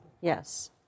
Yes